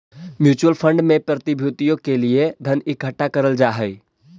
mutual fund में प्रतिभूतियों के लिए धन इकट्ठा करल जा हई